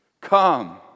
Come